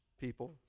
people